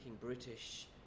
British